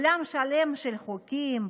עולם שלם של חוקים,